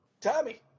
Tommy